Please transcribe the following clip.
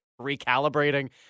recalibrating